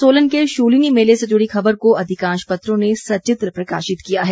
सोलन के शूलिनी मेले से जुड़ी खबर को अधिकांश पत्रों ने सचित्र प्रकाशित किया है